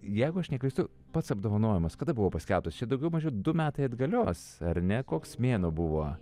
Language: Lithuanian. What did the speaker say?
jeigu aš neklystu pats apdovanojimas kada buvo paskelbtas daugiau mažiau du metai atgalios ar ne koks mėnuo buvo